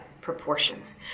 proportions